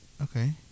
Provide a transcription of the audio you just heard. Okay